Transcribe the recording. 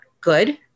good